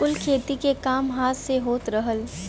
कुल खेती के काम हाथ से होत रहल